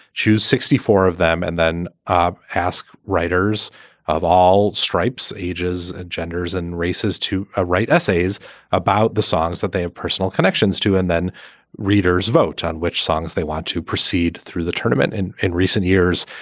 choose sixty four of them and then um ask writers of all stripes, ages, and genders and races to ah write essays about the songs that they have personal connections to. and then readers vote on which songs they want to proceed through the tournament. in in recent years,